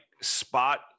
spot